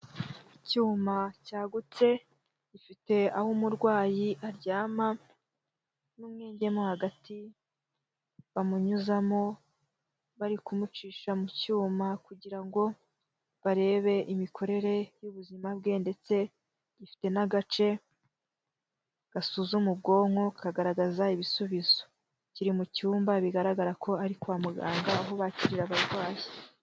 Icyuma cyagutse gifite aho umurwayi aryama, n'umwenge mo hagati bamunyuzamo bari kumucisha mu cyuma kugirango barebe imikorere y'ubuzima bwe, ndetse gifite n'agace gasuzuma ubwonko, kagaragaza ibisubizo. Kiri mu cyumba bigaragara ko ari kwa muganga aho bakirira abarwayi.